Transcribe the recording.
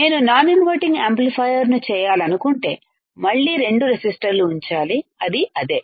నేను non inverting యాంప్లిఫైయర్ను చేయాలనుకుంటే మళ్ళీ రెండు రెసిస్టర్లు ఉంచాలి అది అదే